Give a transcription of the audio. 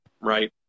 right